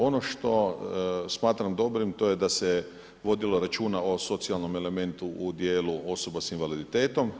Ono što smatram dobrim, to je da se vodilo računa o socijalnom elementu u djelu osoba s invaliditetom.